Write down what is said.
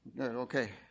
Okay